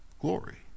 glory